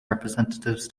representatives